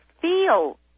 feel